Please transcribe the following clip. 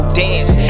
dance